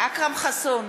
אכרם חסון,